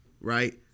right